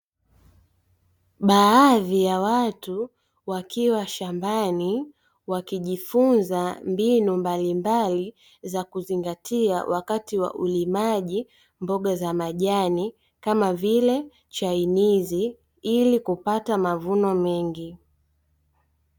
Baadhi ya watu wakiwa shambani wakijifunza mbinu mbalimbali za kuzingatia wakati wa ulimaji mboga za majani, kama chainizi ili kupata mavuno mengi.